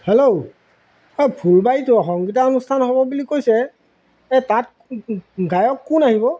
hello এই ফুলবাৰীত সংগীতানুষ্ঠান হ'ব বুলি কৈছে এই তাত গায়ক কোন আহিব